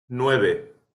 nueve